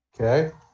Okay